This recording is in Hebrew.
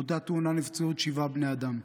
באותה תאונה נפצעו עוד שבעה בני אדם.